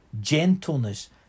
gentleness